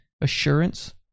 Assurance